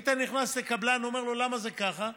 היית נכנס לקבלן, אומר לו: למה זה ככה,